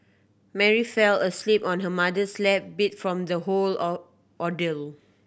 Mary fell asleep on her mother's lap beat from the whole or ordeal